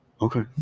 Okay